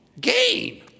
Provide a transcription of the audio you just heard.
gain